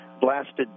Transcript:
blasted